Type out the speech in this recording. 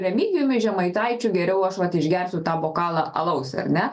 remigijumi žemaitaičiu geriau aš vat išgersiu tą bokalą alaus ar ne